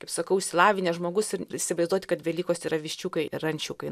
kaip sakau išsilavinęs žmogus ir įsivaizduoti kad velykos yra viščiukai ir ančiukai